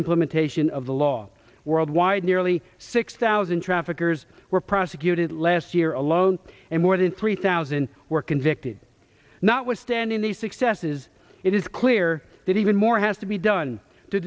implementation of the law worldwide nearly six thousand traffickers were prosecuted last year alone and more than three thousand were convicted notwithstanding the successes it is clear that even more has to be done to